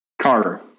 Carter